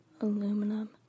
aluminum